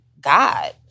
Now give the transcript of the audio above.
God